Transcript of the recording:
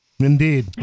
Indeed